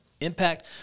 impact